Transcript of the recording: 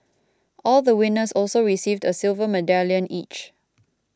all the winners also received a silver medallion each